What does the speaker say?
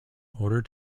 order